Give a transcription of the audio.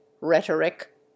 rhetoric